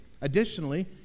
additionally